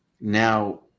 Now